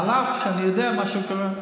אף שאני יודע מה קורה.